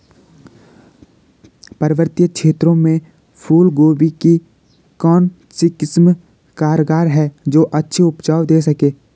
पर्वतीय क्षेत्रों में फूल गोभी की कौन सी किस्म कारगर है जो अच्छी उपज दें सके?